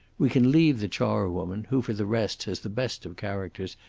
we can leave the charwoman, who for the rest has the best of characters,